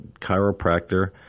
chiropractor